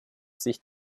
sich